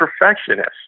perfectionist